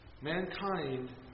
mankind